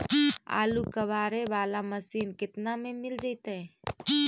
आलू कबाड़े बाला मशीन केतना में मिल जइतै?